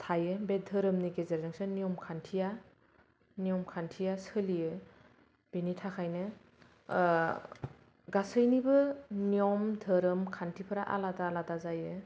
थायो बे धोरोमनि गेजेरजोंसो नियम खान्थिया सोलियो बेनि थाखायनो गासैनिबो नियम धोरोम खान्थिफोरा आलादा आलादा जायो